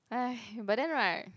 but then right